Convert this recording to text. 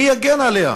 מי יגן עליה?